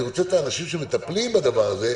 אני רוצה את האנשים שמטפלים בדבר הזה.